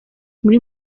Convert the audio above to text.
muri